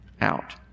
out